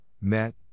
MET